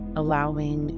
allowing